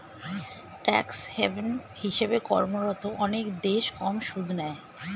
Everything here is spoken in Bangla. ট্যাক্স হেভ্ন্ হিসেবে কর্মরত অনেক দেশ কম সুদ নেয়